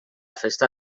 festa